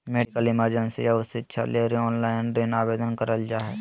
medical emergency या उच्च शिक्षा ले ऑनलाइन ऋण आवेदन करल जा हय